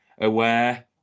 Aware